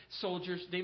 soldiers